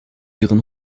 ihren